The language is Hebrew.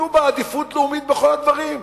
נתנו בה עדיפות לאומית בכל הדברים.